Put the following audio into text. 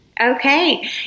Okay